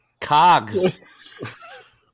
Cogs